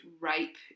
rape